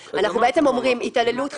אני כן חושבת שצריך --- אנחנו לא דנים גם